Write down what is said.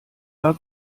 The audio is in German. war